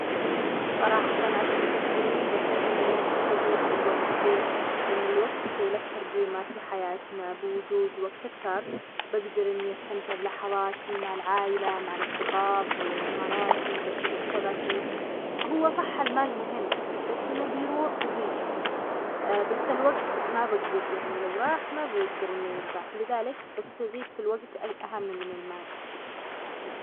أفضل الاستزادة في الوقت. لأن الوقت هو أغلى ما نملكه، إذا كان عندي وقت أكثر، أقدر أعيش حياتي بشكل أفضل، أتعلم وأحقق أهدافي، وأمضي وقت مع عائلتي وأصدقائي. المال يمكن تجميعه، لكن الوقت ما يرجع.